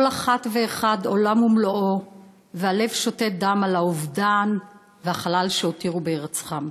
כל אחת ואחד עולם ומלואו והלב שותת דם על האובדן והחלל שהותירו בהירצחם.